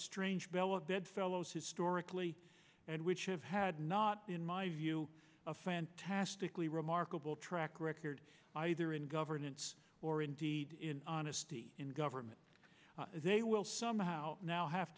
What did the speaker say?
strange belloc bedfellows historically and which have had not in my view a fantastically remarkable track record either in governance or in honesty in government they will somehow now have